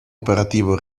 operativo